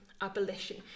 abolition